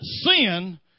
sin